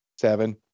seven